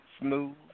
smooth